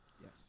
Yes